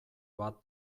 bat